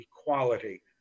equality